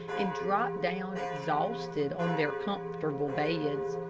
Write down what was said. and dropped down exhausted on their comfortable beds.